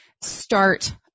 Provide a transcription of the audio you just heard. start